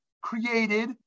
created